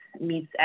meets